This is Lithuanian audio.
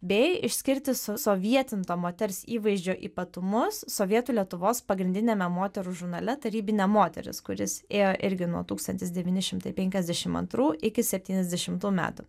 bei išskirti susovietinto moters įvaizdžio ypatumus sovietų lietuvos pagrindiniame moterų žurnale tarybinė moteris kuris ėjo irgi nuo tūkstantis devyni šimtai penkiasdešim antrų iki septyniasdešimtų metų